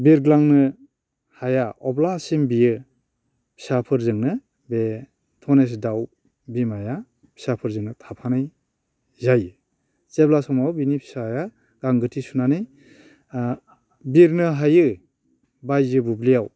बिरग्लांनो हाया अब्लासिम बियो फिसा फोरजोंनो बे धनेस दाउ बिमाया फिसाफोरजोंनो थाफानाय जायो जेब्ला समाव बिनि फिसाया गांगोथि सुनानै ओ बिरनो हायो बायजो बुब्लियाव